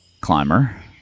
climber